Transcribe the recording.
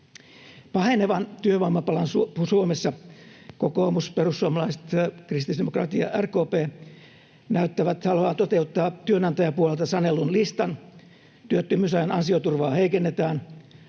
Pahenevan työvoimapulan Suomessa kokoomus, perussuomalaiset, kristillisdemokraatit ja RKP näyttävät haluavan toteuttaa työnantajapuolelta sanellun listan: Työttömyysajan ansioturvaa heikennetään,